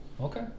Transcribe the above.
Okay